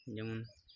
ᱡᱮᱢᱚᱱ